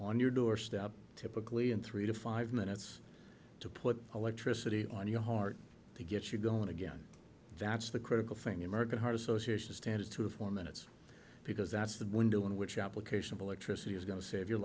on your doorstep typically in three to five minutes to put electricity on your heart to get you going again that's the critical thing american heart association stands to have four minutes because that's the window in which application of electricity is going to save your